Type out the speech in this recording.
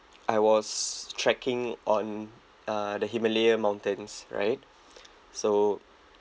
I was trekking on uh the himalaya mountains right so